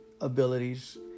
abilities